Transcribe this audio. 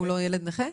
הוא לא ילד נכה?